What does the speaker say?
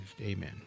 amen